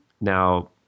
Now